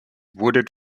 wooded